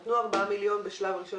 נתנו 4 מיליון בשלב הראשון,